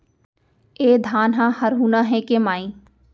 ए धान ह हरूना हे के माई?